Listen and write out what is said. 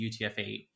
UTF-8